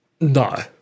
No